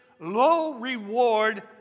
low-reward